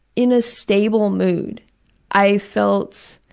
in a stable mood i felt,